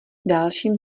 dalším